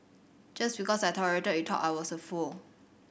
just because I tolerated he thought I was a fool